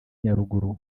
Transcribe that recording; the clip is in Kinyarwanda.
nyaruguru